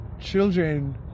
children